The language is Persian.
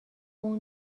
اون